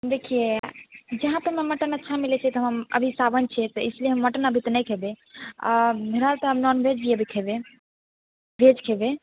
देखियै जहाँ पे ने मटन अच्छा मिलै छै तऽ हम अभी सावन छियै तऽ इसलिए हम मटन अभी तऽ नहि खेबै आओर नहि तऽ नॉनभेज भी अभी खेबै भेज खेबै